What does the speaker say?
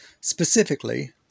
Specifically